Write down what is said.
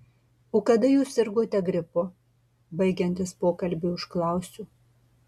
o kada jūs sirgote gripu baigiantis pokalbiui užklausiu